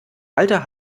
alter